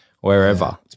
wherever